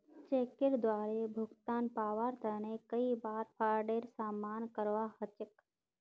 चेकेर द्वारे भुगतान पाबार तने कई बार फ्राडेर सामना करवा ह छेक